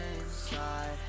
inside